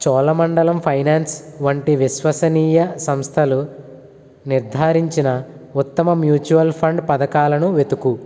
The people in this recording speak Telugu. చోళమండలం ఫైనాన్స్ వంటి విశ్వసనీయ సంస్థలు నిర్ధారించిన ఉత్తమ మ్యూచువల్ ఫండ్ పథకాలను వెతుకు